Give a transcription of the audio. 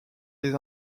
les